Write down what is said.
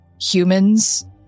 humans